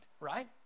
right